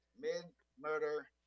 Mid-murder